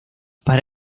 para